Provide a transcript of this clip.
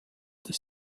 des